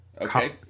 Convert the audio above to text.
okay